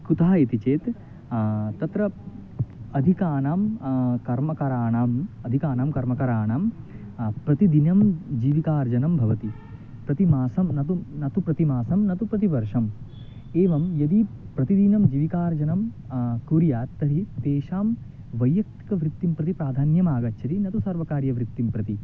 कुतः इति चेत् तत्र अधिकानां कर्मकराणाम् अधिकानां कर्मकराणां प्रतिदिनं जीविकार्जनं भवति प्रतिमासं न तु न तु प्रतिमासं न तु प्रतिवर्षं एवं यदि प्रतिदिनं जीविकार्जनं कुर्यात् तर्हि तेषां वैयक्तिकवृत्तिं प्रति प्राधान्यमागच्छति न तु सर्वकार्यवृत्तिं प्रति